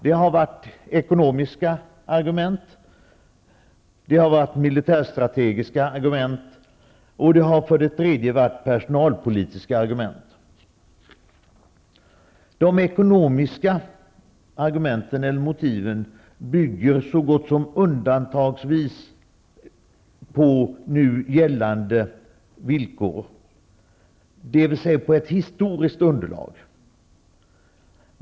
Det har varit ekonomiska argument, det har varit militärstrategiska argument, och det har varit personalpolitiska argument. De ekonomiska argumenten eller motiven bygger så gott som utan undantag på nu gällande villkor, dvs. på ett historiskt underlag.